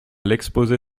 l’exposé